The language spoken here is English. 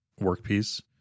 workpiece